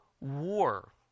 war